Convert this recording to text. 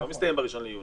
זה לא מסתיים ב-1 ביולי.